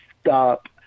stop